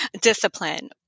discipline